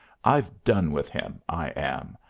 i've done with him, i am.